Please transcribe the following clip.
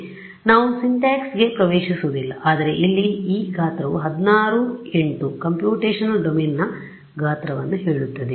ಆದ್ದರಿಂದ ನಾವು ಸಿಂಟ್ಯಾಕ್ಸ್ಗೆ ಪ್ರವೇಶಿಸುವುದಿಲ್ಲ ಆದರೆ ಇಲ್ಲಿ ಈ ಗಾತ್ರವು 16 8 ಕಂಪ್ಯೂಟೇಶನಲ್ ಡೊಮೇನ್ನ ಗಾತ್ರವನ್ನು ಹೇಳುತ್ತದೆ